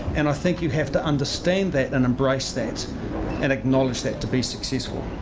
and i think you have to understand that and embrace that and acknowledge that to be successful.